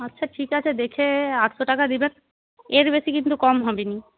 আচ্ছা ঠিক আছে দেখে আটশো টাকা দিবেক এর বেশী কিন্তু কম হবেনি